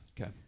Okay